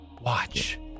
watch